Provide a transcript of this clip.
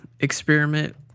experiment